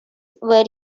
were